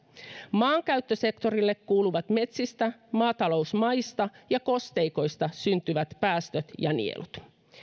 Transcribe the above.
maankäyttösektorille kuuluvat metsistä maatalousmaista ja kosteikoista syntyvät päästöt ja nielut